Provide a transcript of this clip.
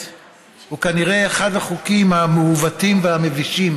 הוא כנראה אחד החוקים המעוותים והמבישים